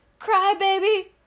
crybaby